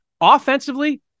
offensively